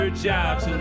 jobs